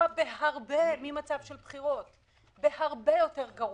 רוצים ללכת לבחירות, לכו לבחירות.